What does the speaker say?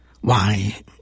Why